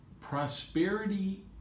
prosperity